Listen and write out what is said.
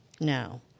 No